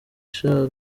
sha